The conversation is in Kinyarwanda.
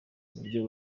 uburyo